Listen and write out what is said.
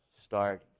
start